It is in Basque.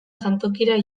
jantokira